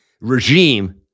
regime